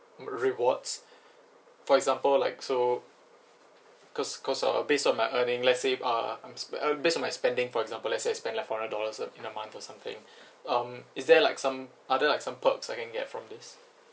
re~ rewards for example like so cause cause uh based on my earning let's say uh I'm spe~ um based on my spending for example I spend like four hundred dollars uh in a month or something um is there like some are there like some perks I can get from this